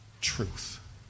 truth